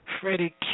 Freddie